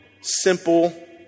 Simple